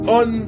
on